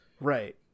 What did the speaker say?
Right